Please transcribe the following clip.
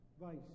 vice